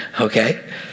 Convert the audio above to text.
Okay